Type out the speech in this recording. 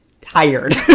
tired